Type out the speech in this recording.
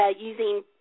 using